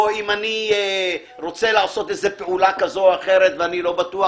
או אם אני רוצה לעשות פעולה כזאת או אחרת ואני לא בטוח.